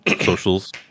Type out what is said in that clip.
socials